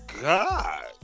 God